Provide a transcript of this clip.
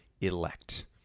elect